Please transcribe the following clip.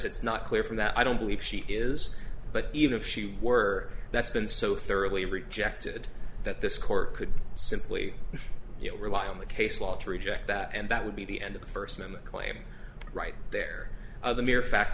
it's not clear from that i don't believe she is but even if she were that's been so thoroughly rejected that this court could simply rely on the case law to reject that and that would be the end of the first minute claim right there the mere fact